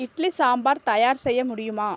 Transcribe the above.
இட்லி சாம்பார் தயார் செய்ய முடியுமா